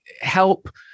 help